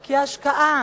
כי השקעה